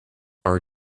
are